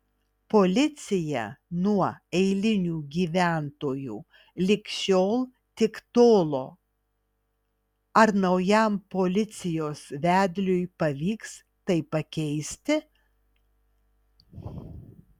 policija nuo eilinių gyventojų lig šiol tik tolo ar naujam policijos vedliui pavyks tai pakeisti